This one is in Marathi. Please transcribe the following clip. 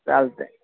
चालतं आहे